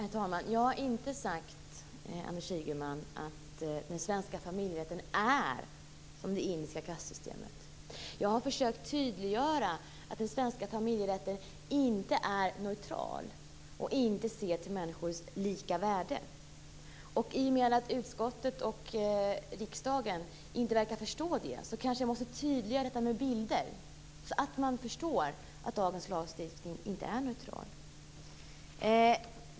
Herr talman! Jag har inte sagt, Anders Ygeman, att den svenska familjerätten är som det indiska kastsystemet. Jag har försökt tydliggöra att den svenska familjerätten inte är neutral och inte ser till människors lika värde. I och med att utskottet och riksdagen inte verkar förstå det kanske jag måste tydliggöra detta med bilder så att de förstår att dagens lagstiftning inte är neutral.